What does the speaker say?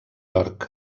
york